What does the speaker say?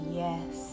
yes